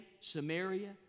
Samaria